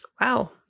Wow